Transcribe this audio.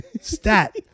Stat